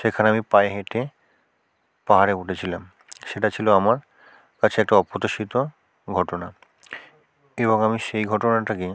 সেখানে আমি পায়ে হেঁটে পাহাড়ে উঠেছিলাম সেটা ছিলো আমার কাছে একটা অপ্রত্যাশিত ঘটনা এবং আমি সেই ঘটনাটাকে